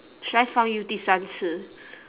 should I 放 you 第三次